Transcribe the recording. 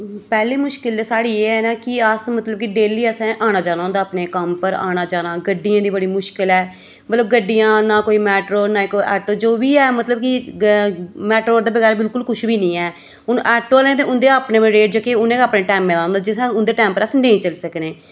पैह्ली मुश्कल ते साढ़ी एह् ऐ कि अस मतलब डंली मतलब की असें औना जाना होंदा अपने कम्म उप्पर औना जाना गड्डियें दी बड़ी इन्नी मुश्कल ऐ मतलब गड्डियां न कोई मैटाडोर न कोई ऐटो जो बी ऐ मतलब की मैटाडोर दे बगैरा बिल्कुल कि बी ऐ हून ऐटो आह्ले ते उंदे अपने अपने रेट उनें अपने टैमै जिस दिन उं'दे टैम पर अस नेईं चली सकनें